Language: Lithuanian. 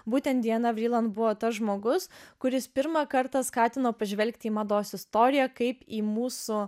būtent diana vriland buvo tas žmogus kuris pirmą kartą skatino pažvelgti į mados istoriją kaip į mūsų